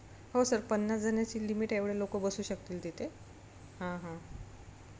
हो सर पन्नास जणांची लिमिट एवढे लोकं बसू शकतील तिथे हां हां